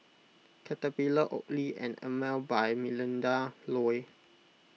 Caterpillar Oakley and Emel by Melinda Looi